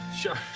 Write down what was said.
Sure